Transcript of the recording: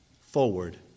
forward